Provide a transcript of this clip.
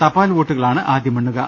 തപാൽ വോട്ടുകളാണ് ആദ്യം എണ്ണുക